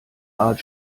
art